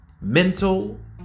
mental